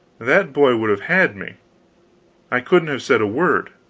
that boy would have had me i couldn't have said a word.